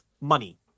money